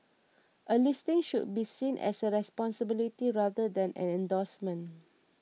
a listing should be seen as a responsibility rather than an endorsement